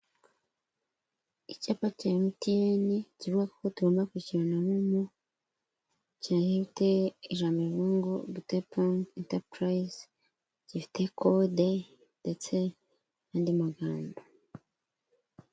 Icyapa cya MTN kivuga ko tugomba kwishura na momo, kikaba cyanditse amagambo avuga ngo Getiponge intapurayizi, gifite kode ndetse n'andi magambo.